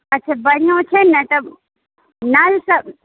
अच्छा बढ़िआँ छै ने तब नलसभ